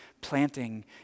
planting